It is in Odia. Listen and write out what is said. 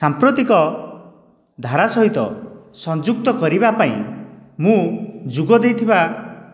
ସାମ୍ପ୍ରତିକ ଧାରା ସହିତ ସଂଯୁକ୍ତ କରିବା ପାଇଁ ମୁଁ ଯୋଗ ଦେଇଥିବା